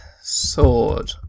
sword